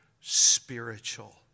spiritual